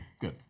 Good